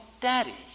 daddy